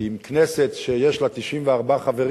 כי עם כנסת שיש לה 94 חברים,